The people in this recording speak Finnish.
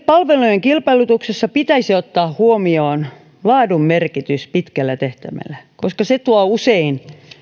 palvelujen kilpailutuksessa pitäisi ottaa huomioon laadun merkitys pitkällä tähtäimellä koska se tuo usein